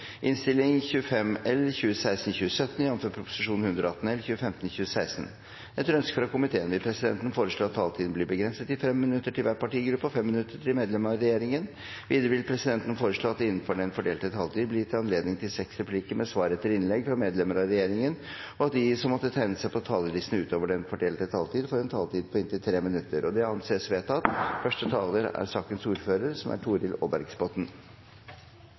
vil presidenten foreslå at det – innenfor den fordelte taletid – blir gitt anledning til inntil seks replikker med svar etter innlegg fra medlemmer av regjeringen, og at de som måtte tegne seg på talerlisten utover den fordelte taletid, får en taletid på inntil 3 minutter. Det anses vedtatt. Jeg vil takke komiteen for godt samarbeid i denne saken. Et bredt flertall i komiteen, med unntak av Senterpartiet, har sluttet seg til de foreslåtte lovendringer. Det foreslås at det i naturmangfoldloven blir inntatt en bestemmelse som